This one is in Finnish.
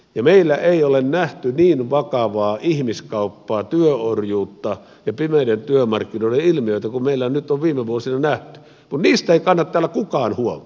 meillä ei ole nähty niin vakavaa ihmiskauppaa työorjuutta ja pimeiden työmarkkinoiden ilmiötä kuin meillä nyt on viime vuosina nähty mutta niistä ei kanna täällä kukaan huolta